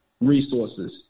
resources